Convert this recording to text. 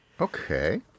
Okay